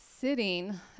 sitting